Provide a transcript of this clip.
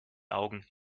augen